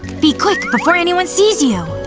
be quick before anyone sees you.